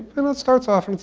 and it starts off